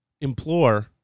implore